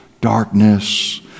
darkness